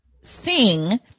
sing